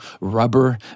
rubber